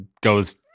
goes